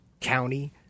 county